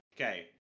okay